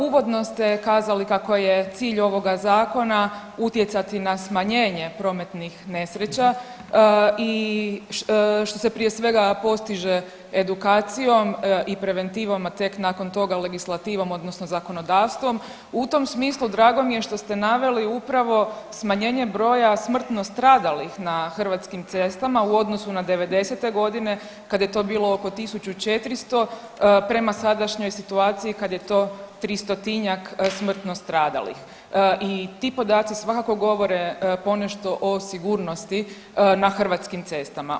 Uvodno ste kazali kako je cilj ovog zakona utjecati na smanjenje prometnih nesreća i što se prije svega postiže edukacijom i preventivom, a tek nakon toga legislativom odnosno zakonodavstvom, u tom smislu drago mi je što ste naveli upravo smanjenje broja smrtno stradalih na hrvatskim cestama u odnosu na '90.-te godine kada je to bilo oko 1400, prema sadašnjoj situaciji kada je to 300-njak smrtno stradalih i ti podaci svakako govore ponešto o sigurnosti na hrvatskim cestama.